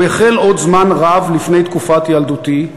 "הוא החל עוד זמן רב לפני תקופת ילדותי,